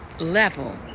level